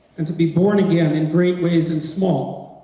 and to be born again in great ways and small.